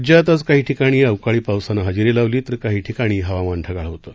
राज्यात आज काही ठिकाणी अवकाळी पावसानं हजेरी लावली तर काही ठिकाणी हवामन ढगाळ होतं